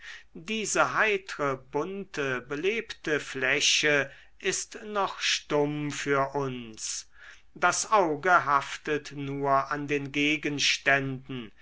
diese heitre bunte belebte fläche ist noch stumm für uns das auge haftet nur an den gegenständen